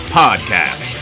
podcast